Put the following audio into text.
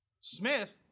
Smith